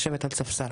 לשבת על ספסל.